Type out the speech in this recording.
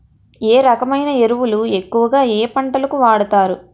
ఏ రకమైన ఎరువులు ఎక్కువుగా ఏ పంటలకు వాడతారు?